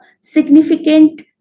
significant